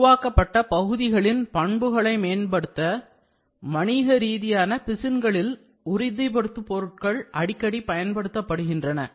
உருவாக்கப்பட்ட பகுதிகளின் பண்புகளை மேம்படுத்த வணிக ரீதியான பிசின்களில் உறுதிப்படுத்து பொருட்கள் அடிக்கடி பயன்படுத்தப்படுகின்றன